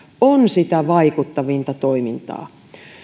on sitä vaikuttavinta toimintaa